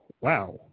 wow